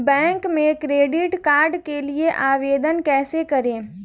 Bank में credit card के लिए आवेदन कैसे करें?